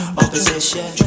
opposition